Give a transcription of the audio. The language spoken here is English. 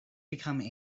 become